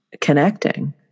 connecting